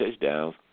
touchdowns